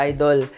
Idol